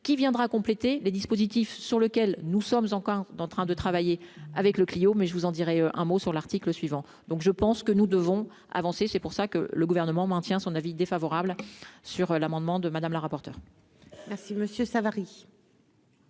qui viendra compléter le dispositif sur lequel nous sommes encore d'en train de travailler avec le Clio mais je vous en dirai un mot sur l'article suivant, donc je pense que nous devons avancer, c'est pour ça que le gouvernement maintient son avis défavorable sur l'amendement de Madame la rapporteure. Ah si Monsieur Savary.